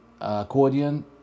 accordion